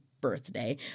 birthday